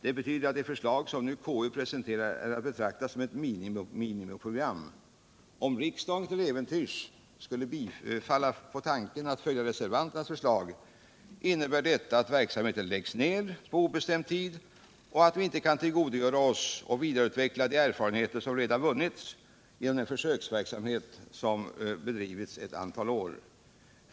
Det betyder att de förslag som nu konstitutionsutskottet presentera: är att betrakta som ett minimiprogram. Om riksdagen till äventyrs skulle komma på tanken att följa reservanternas förslag innebär detta att verksamhet2n läggs ned på obestämd tid och att vi inte kan tillgodogöra oss och vidareutveckla de erfarenheter som vunnits genom den försöksverksamhet som bedrivits under ett antal år.